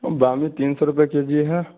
بامی تین سو روپئے کے جی ہے